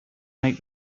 make